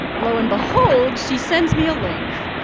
lo and behold, she sends me a link.